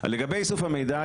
לגבי איסוף המידע.